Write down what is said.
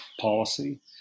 policy